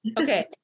Okay